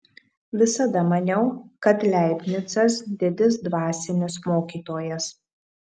visada maniau kad leibnicas didis dvasinis mokytojas